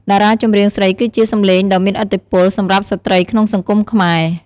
តារាចម្រៀងស្រីគឺជា សំឡេងដ៏មានឥទ្ធិពល សម្រាប់ស្ត្រីក្នុងសង្គមខ្មែរ។